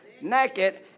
Naked